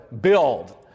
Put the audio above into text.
build